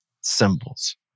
symbols